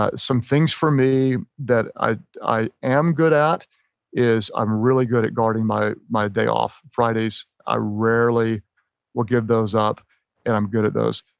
some things for me that i i am good at is i'm really good at guarding my my day off. fridays i rarely will give those up and i'm good at those.